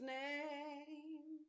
name